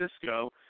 Cisco